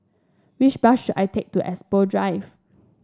which bus should I take to Expo Drive